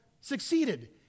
succeeded